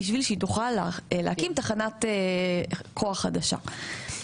בשביל שהיא תוכל להקים תחנת כוח חדשה.